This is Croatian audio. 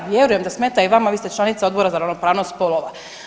Vjerujem da smeta i vama, vi ste članica Odbora za ravnopravnost spolova.